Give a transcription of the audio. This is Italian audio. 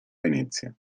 venezia